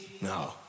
no